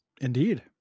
Indeed